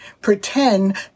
pretend